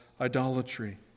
idolatry